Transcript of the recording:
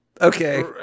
Okay